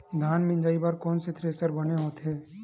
धान मिंजई बर कोन से थ्रेसर बने होथे?